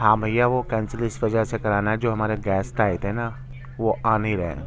ہاں بھیا وہ کینسل اس وجہ سے کرانا ہے جو ہمارے گیسٹ آئے تھے نا وہ آ نہیں رہے ہیں